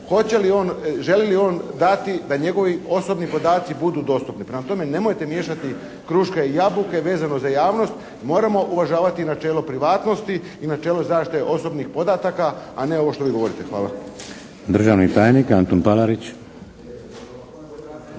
želi li on dati da njegovi osobni podaci budu dostupni. Prema tome nemojte miješati kruške i jabuke vezano za javnost. Moramo uvažavati načelo privatnosti i načelo zaštite osobnih podataka a ne ovo što vi govorite. Hvala. **Šeks, Vladimir